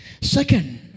Second